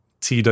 TW